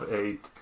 eight